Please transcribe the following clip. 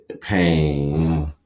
pain